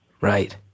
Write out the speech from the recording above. Right